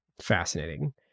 Fascinating